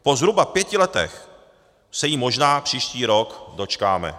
Po zhruba pěti letech se jí možná příští rok dočkáme.